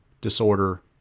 Disorder